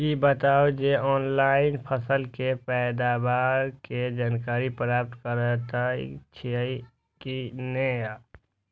ई बताउ जे ऑनलाइन फसल के पैदावार के जानकारी प्राप्त करेत छिए की नेय?